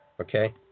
okay